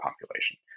population